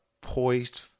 poised